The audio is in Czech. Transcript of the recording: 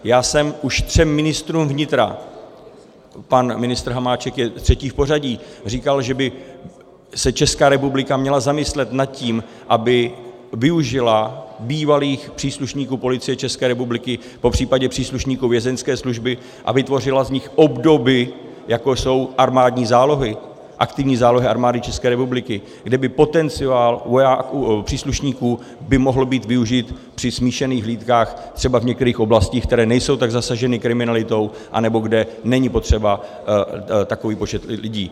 Já jsem už třem ministrům vnitra pan ministr Hamáček je třetí v pořadí říkal, že by se Česká republika měla zamyslet nad tím, aby využila bývalých příslušníků Policie České republiky, popřípadě příslušníků Vězeňské služby, a vytvořila z nich obdoby, jako jsou armádní zálohy, aktivní zálohy Armády České republiky, kde by potenciál příslušníků mohl být využit při smíšených hlídkách třeba v některých oblastech, které nejsou tak zasaženy kriminalitou anebo kde není potřeba takový počet lidí.